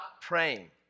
praying